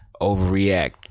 overreact